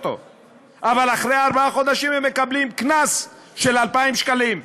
אבל אחרי ארבעה חודשים הם מקבלים קנס של 2,000 שקלים,